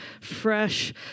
fresh